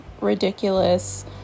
ridiculous